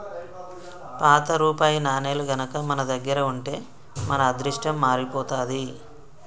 పాత రూపాయి నాణేలు గనక మన దగ్గర ఉంటే మన అదృష్టం మారిపోతాది